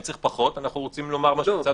אם צריך פחות, אנחנו רוצים לומר מה שמשרד הבריאות.